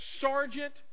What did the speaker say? sergeant